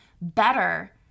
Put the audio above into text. better